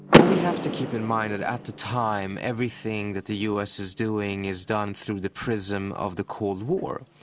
what we have to keep in mind is, and at the time, everything that the us is doing is done through the prism of the cold war.